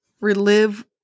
relive